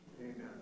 Amen